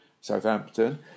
Southampton